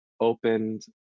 opened